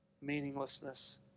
meaninglessness